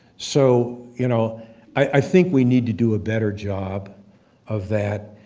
so you know i think we need to do a better job of that.